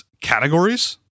categories